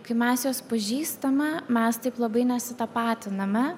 kai mes juos pažįstame mes taip labai nesitapatiname